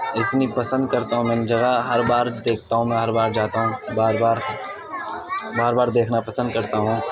اتنی پسند کرتا ہوں میں ان جگہ ہر بار دیکھتا ہوں میں ہر بار جاتا ہوں بار بار بار بار دیکھنا پسند کرتا ہوں